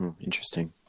interesting